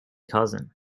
cousin